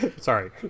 Sorry